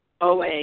OA